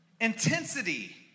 intensity